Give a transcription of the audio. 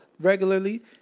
regularly